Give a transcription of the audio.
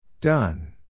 Done